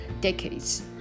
decades